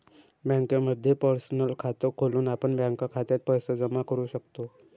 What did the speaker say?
बँकेमध्ये पर्सनल खात खोलून आपण बँक खात्यात पैसे जमा करू शकतो